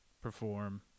perform